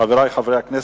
חברי חברי הכנסת,